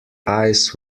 eyes